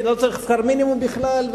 לא צריך שכר מינימום בכלל,